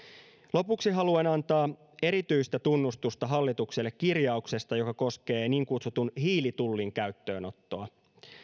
lopuksi haluan antaa erityistä tunnustusta hallitukselle kirjauksesta joka koskee niin kutsutun hiilitullin käyttöönottoa